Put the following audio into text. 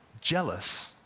jealous